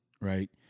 right